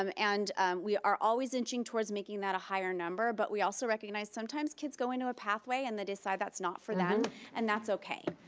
um and we are always inching towards making that a higher number, but we also recognize sometimes kids go into a pathway, and they decide that's not for them and that's okay,